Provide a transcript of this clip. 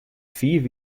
fiif